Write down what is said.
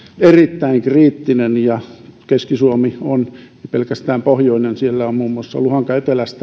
erittäin kriittinen keski suomi on ei pelkästään pohjoinen siellä on muun muassa luhanka